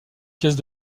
pièces